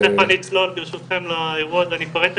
תיכף אני אצלול ברשותכם לאירוע ואני אפרט את